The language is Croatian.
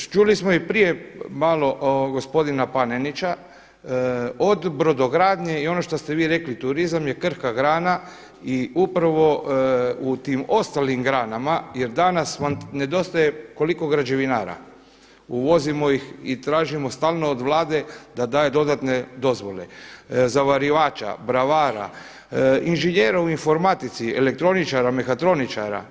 Čuli smo i prije malo gospodina Panenića od brodogradnje i ono što ste vi rekli turizam je krhka grana i upravo u tim ostalim granama jer danas vam nedostaje, koliko građevinara, uvozimo ih i tražimo stalno od Vlade da daje dodatne dozvole, zavarivača, bravara, inženjera u informatici, elektroničara, mehatroničara.